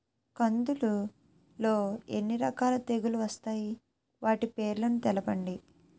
కందులు లో ఎన్ని రకాల తెగులు వస్తాయి? వాటి పేర్లను తెలపండి?